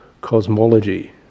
cosmology